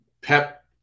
Pep